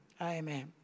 Amen